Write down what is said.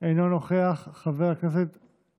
חבר הכנסת אריה מכלוף דרעי, אינו נוכח.